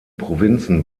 provinzen